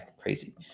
Crazy